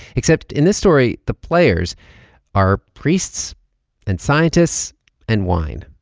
except in this story, the players are priests and scientists and wine.